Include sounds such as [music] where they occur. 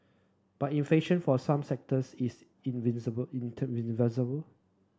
but inflation for some sectors is [unintelligible]